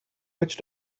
witch